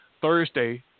Thursday